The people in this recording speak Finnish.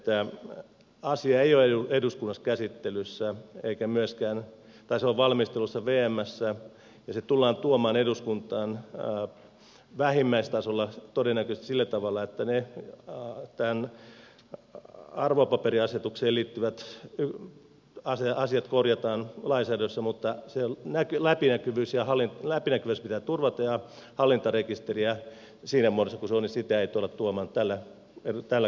sitten totean edustaja turuselle liittyen hallintarekisteriin että asia on valmistelussa vmssä ja se tullaan tuomaan eduskuntaan vähimmäistasolla todennäköisesti sillä tavalla että arvopaperiasetukseen liittyvät asiat korjataan lainsäädännössä mutta se läpinäkyvyys pitää turvata ja hallintarekisteriä siinä muodossa kuin se on ei tulla tuomaan tällä kaudella eduskuntaan